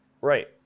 right